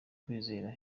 kwizera